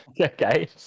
Okay